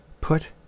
Put